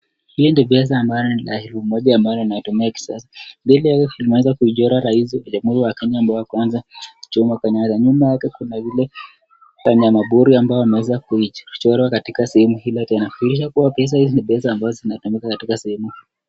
Hii ni pesa ambaye ni elfu moja ambaye inatumiwa kisasa mbele yake kunaweza kuchorwa rais huyo wa Kenya ndiye wa kwanza Jomo Kenyatta, nyuma yake kuna wanyama pori ambao wameweza kuchorwa katika sehemu hii, inadhihirisha kuwa pesa hizi ni pesa ambazo zinatumika katika sehemu.